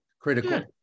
critical